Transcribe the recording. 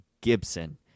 Gibson